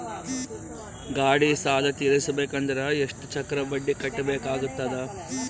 ಗಾಡಿ ಸಾಲ ತಿರಸಬೇಕಂದರ ಎಷ್ಟ ಚಕ್ರ ಬಡ್ಡಿ ಕಟ್ಟಬೇಕಾಗತದ?